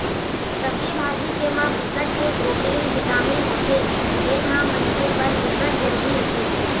सब्जी भाजी के म बिकट के प्रोटीन, बिटामिन होथे जेन ह मनखे बर बिकट जरूरी होथे